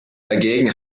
dagegen